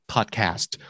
Podcast